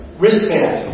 wristband